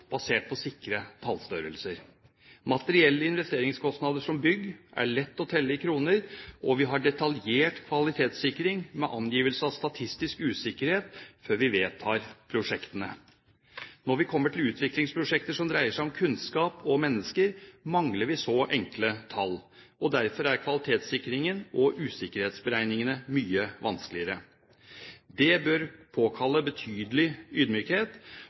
basert på sikre tallstørrelser. Materielle investeringskostnader som bygg er lett å telle i kroner, og vi har detaljert kvalitetssikring med angivelse av statistisk usikkerhet før vi vedtar prosjektene. Når vi kommer til utviklingsprosjekter som dreier seg om kunnskap og mennesker, mangler vi så enkle tall, og derfor er kvalitetssikringen og usikkerhetsberegningene mye vanskeligere. Det bør påkalle betydelig ydmykhet